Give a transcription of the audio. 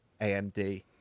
AMD